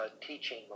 teaching